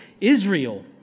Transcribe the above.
Israel